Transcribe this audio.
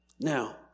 Now